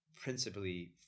Principally